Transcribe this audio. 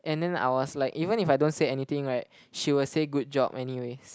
and then I was like even if I don't say anything right she would say good job anyways